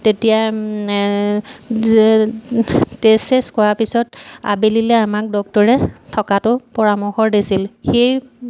তেতিয়া টেষ্ট চেচ কৰাৰ পিছত আবেলিলে আমাক ডক্টৰে থকাটো পৰামৰ্শ দিছিল সেই